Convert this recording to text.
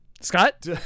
Scott